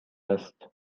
است